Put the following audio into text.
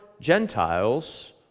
Gentiles